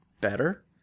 better